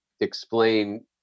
explain